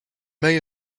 may